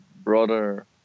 broader